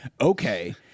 okay